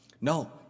No